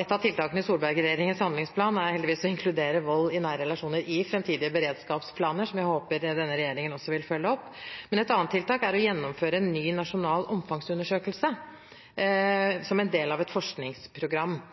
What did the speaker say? Et av tiltakene i Solberg-regjeringens handlingsplan er heldigvis å inkludere vold i nære relasjoner i framtidige beredskapsplaner, noe jeg håper også denne regjeringen vil følge opp. Men et annet tiltak er å gjennomføre en ny nasjonal omfangsundersøkelse som en del av et forskningsprogram.